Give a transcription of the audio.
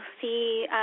see